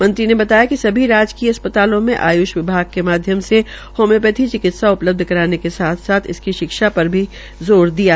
मंत्री ने बताया कि सभी राजकीय अस्तपतालों में आय्ष विभाग के माध्यम से होम्योपैथी चिकित्सा उपलब्ध कराने के साथ साथ इसकी शिक्षा पर ज़ोर दिया जा रहा है